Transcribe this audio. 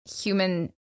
human